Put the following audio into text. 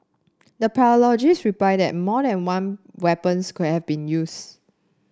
the pathologist replied that more than one weapons could have been used